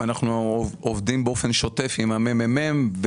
ואנחנו עובדים באופן שוטף עם הממ"מ.